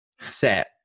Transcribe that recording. set